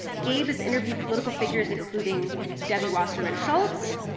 gabe has interviewed political figures including debbie wasserman schultz,